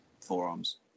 forearms